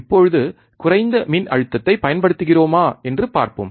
இப்போது குறைந்த மின்னழுத்தத்தைப் பயன்படுத்துகிறோமா என்று பார்ப்போம்